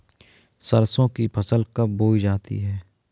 सरसों की फसल कब बोई जाती है?